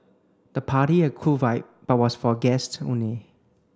the party had a cool vibe but was for guests only